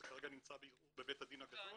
זה כרגע נמצא בערעור בבית הדין הגדול --- לא,